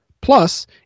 Plus